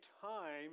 time